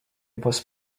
was